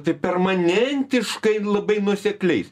tai permanentiškai labai nuosekliais